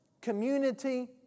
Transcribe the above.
community